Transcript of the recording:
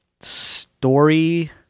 Story